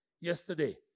Yesterday